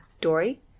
Dory